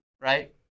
right